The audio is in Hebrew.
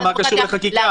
מה קשור לחקיקה?